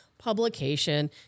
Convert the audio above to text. publication